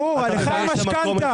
ברור, לך אין משכנתא.